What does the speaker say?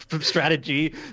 strategy